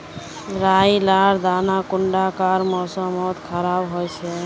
राई लार दाना कुंडा कार मौसम मोत खराब होचए?